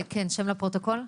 כן, שם לפרוטוקול.